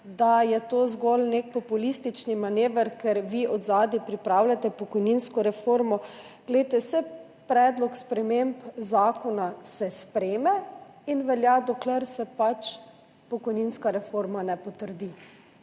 da je to zgolj nek populistični manever, ker vi od zadaj pripravljate pokojninsko reformo, saj predlog sprememb zakona se sprejme in velja, dokler se pač ne potrdi pokojninska reforma. Če imate